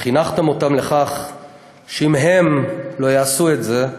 חינכתם אותם שאם הם לא יעשו את זה,